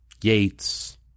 Gates